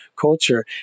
culture